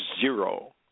zero